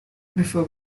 before